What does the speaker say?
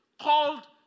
called